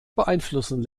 beeinflussen